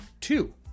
Two